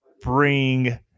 bring